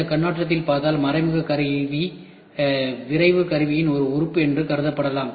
இந்த கண்ணோட்டத்தில் பார்த்தால் மறைமுக கருவி விரைவு கருவியின் ஒரு உறுப்பு என்று கருதப்படலாம்